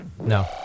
No